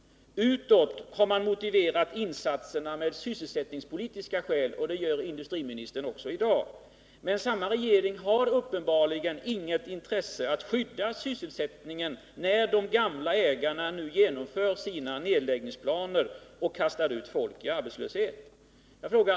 Utåt har man motiverat insatserna med sysselsättningspolitiska argument, och det gör industriministern också i dag. Men samma regering har uppenbarligen inget intresse att skydda sysselsättningen när de gamla ägarna nu genomför sina nedläggningsplaner och kastar ut folk i arbetslöshet.